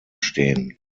stehen